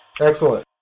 Excellent